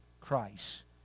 Christ